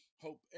Hope